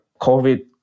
COVID